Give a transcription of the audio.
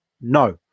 No